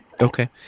okay